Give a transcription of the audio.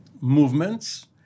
movements